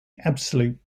absolute